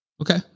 Okay